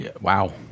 Wow